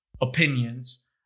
opinions